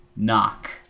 knock